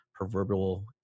proverbial